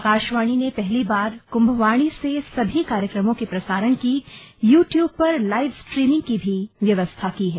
आकाशवार्णो ने पहली बार कुम्भवाणी से सभी कार्यक्रमों के प्रसारण की यू ट्यूब पर लाइव स्ट्रीमिंग की भी व्यवस्था की है